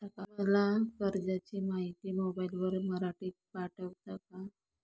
मला कर्जाची माहिती मोबाईलवर मराठीत पाठवता का?